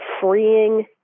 freeing